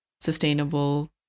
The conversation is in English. Sustainable